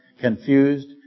confused